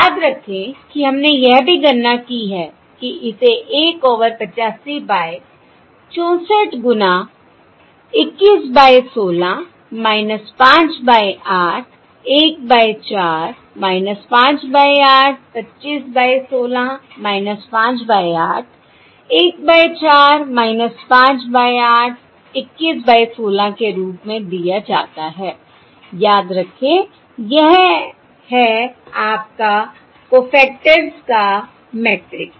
याद रखें कि हमने यह भी गणना की है कि इसे 1 ओवर 85 बाय 64 गुना 21 by 16 5 by 8 1 by 4 5 by 8 25 by 16 5 by 8 1 by 4 5 by 8 21 by 16 के रूप में दिया जाता है याद रखें यह है आपका कोफ़ैक्टर्स का मैट्रिक्स